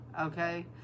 Okay